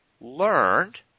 learned